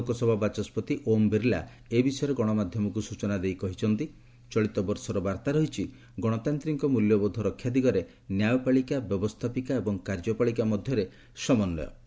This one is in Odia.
ଲୋକସଭା ବାଚସ୍କତି ଓମ୍ ବିର୍ଲା ଏ ବିଷୟରେ ଗଣମାଧ୍ୟମକୁ ସ୍ତଚନା ଦେଇ କହିଛନ୍ତି ଚଳିତ ବର୍ଷର ବାର୍ତ୍ତା ରହିଛି 'ଗଣତାନ୍ତିକ ମୂଲ୍ୟବୋଧ ରକ୍ଷା ଦିଗରେ ନ୍ୟାୟପାଳିକା ବ୍ୟବସ୍ଥାପିକା ଏବଂ କାର୍ଯ୍ୟପାଳିକା ମଧ୍ୟରେ ସମନ୍ୱୟ'